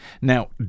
Now